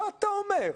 מה אתה אומר?